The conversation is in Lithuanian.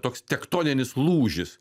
toks tektoninis lūžis